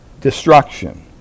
destruction